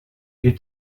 est